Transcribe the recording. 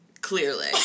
Clearly